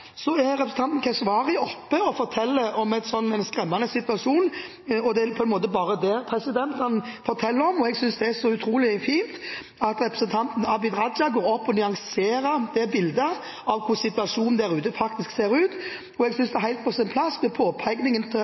Så er representanten Keshvari oppe og forteller om en skremmende situasjon – og det er på en måte bare det han forteller om. Jeg synes det er så utrolig fint at representanten Abid Raja går opp og nyanserer bildet av hvordan situasjonen der ute faktisk ser ut, og jeg synes påpekningen fra Karin Andersen er helt på sin plass,